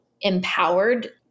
empowered